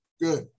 Good